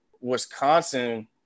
Wisconsin